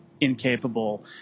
incapable